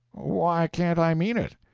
why can't i mean it?